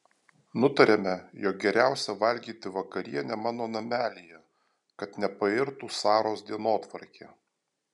nutariame jog geriausia valgyti vakarienę mano namelyje kad nepairtų saros dienotvarkė